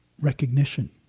recognition